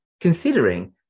considering